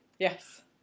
Yes